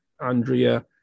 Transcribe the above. Andrea